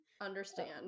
Understand